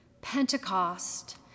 Pentecost